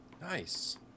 Nice